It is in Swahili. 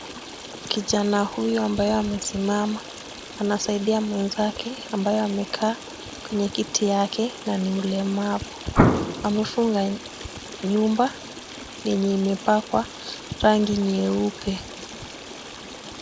Kijana huyu ambaye amesimama anasaida huyu ambaye amekaa kwenye kiti yake na ni mlemavu. Wamefunga nyumba yenye imepakwa rangi nyeupe.